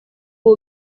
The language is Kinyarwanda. ubu